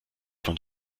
von